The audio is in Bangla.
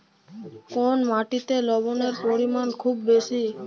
কোন মাটিতে লবণের পরিমাণ খুব বেশি?